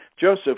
Joseph